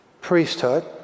priesthood